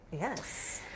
yes